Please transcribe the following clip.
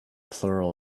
plural